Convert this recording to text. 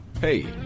Hey